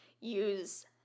use